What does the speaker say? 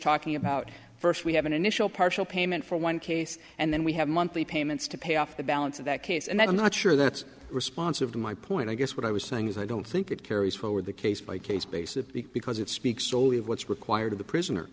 about first we have an initial partial payment for one case and then we have monthly payments to pay off the balance of that case and then i'm not sure that's responsive to my point i guess what i was saying is i don't think it carries forward the case by case basis because it speaks only of what's required of the prisoner